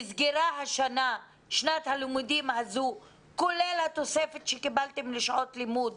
נסגרה שנת הלימודים הזו כולל התוספת שקיבלתם לשעות לימוד